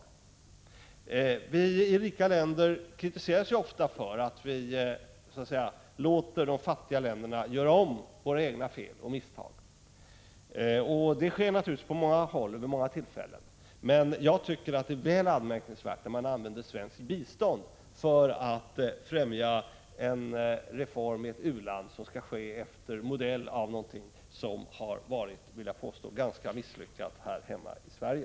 Vi i de rika länderna kritiseras ju ofta för att vi låter de fattiga länderna göra om våra fel och misstag. Detta sker naturligtvis på många håll och vid många tillfällen. Men jag tycker att det är väl anmärkningsvärt att man använder svenskt bistånd för att främja en reform i ett u-land som skall ske efter modell av någonting som enligt min uppfattning har varit ganska misslyckat hemma i Sverige.